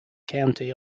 county